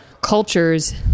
cultures